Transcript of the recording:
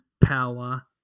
Power